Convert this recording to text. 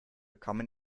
kommen